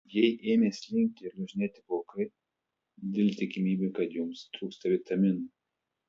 jei ėmė slinkti ir lūžinėti plaukai didelė tikimybė kad jums trūksta vitaminų